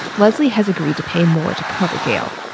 leslie has agreed to pay more to cover gail.